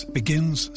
begins